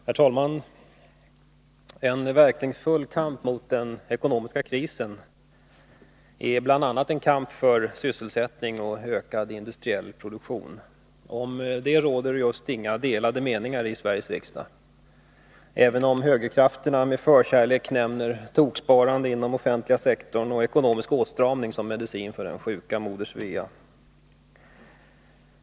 Herr talman! En verkningsfull kamp mot den ekonomiska krisen är bl.a. en kamp för sysselsättning och ökad industriell produktion. Om detta råder inga delade meningar i Sveriges riksdag, även om högerkrafterna med förkärlek nämner toksparande inom den offentliga sektorn och ekonomisk åtstramning som medicin för den sjuka moder Svea.